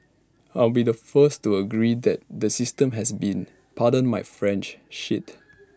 I'll be the first to agree that the system has been pardon my French shit